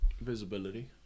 visibility